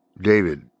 David